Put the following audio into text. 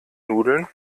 nudeln